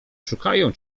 szukają